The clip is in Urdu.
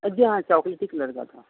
جی ہاں چاکلیٹی کلر کا تھا